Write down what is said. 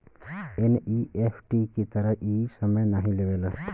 NEFT की तरह इ समय नाहीं लेवला